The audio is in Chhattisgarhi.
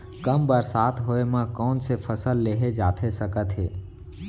कम बरसात होए मा कौन से फसल लेहे जाथे सकत हे?